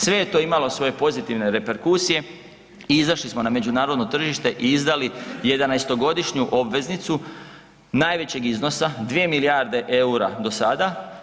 Sve je to imalo svoje pozitivne reperkusije i izašli smo na međunarodno tržište i izdali 11-to godišnju obveznicu najvećeg iznosa 2 milijarde EUR-a do sada.